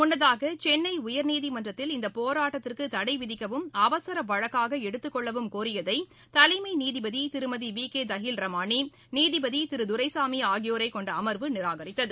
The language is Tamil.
முன்னதாக சென்னை உயர்நீதிமன்றத்தில் இந்த போராட்டத்திற்கு தடை விதிக்கவும் அவசர வழக்காக எடுத்துக்கொள்ளவும் கோரியதை தலைமை நீதிபதி திருமதி வி கே தஹில் ரமாணி நீதிபதி திரு துரைசாமி ஆகியோரை கொண்ட அமர்வு நிராகரித்தது